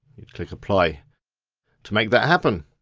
click apply to make that happen.